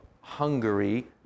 hungary